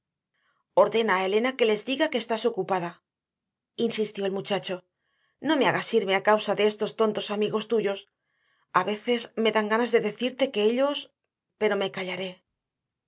a elena que les diga que estás ocupada insistió el muchacho no me hagas irme a causa de estos tontos amigos tuyos a veces me dan ganas de decirte que ellos pero me callaré